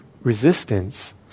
resistance